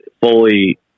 fully